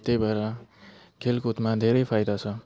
त्यही भएर खेलकुदमा धेरै फाइदा छ